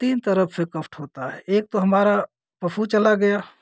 तीन तरफ से कष्ट होता है एक तो हमारा पशु चला गया